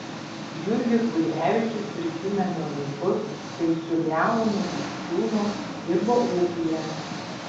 jurgis budrevičius prisimena laikus kai su leonu kupčiūnu dirbo ūkyje